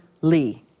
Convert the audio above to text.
Lee